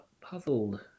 puzzled